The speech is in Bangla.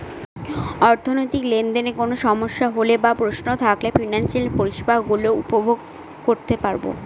অর্থনৈতিক লেনদেনে কোন সমস্যা হলে বা প্রশ্ন থাকলে ফিনান্সিয়াল পরিষেবা গুলো উপভোগ করতে পারবো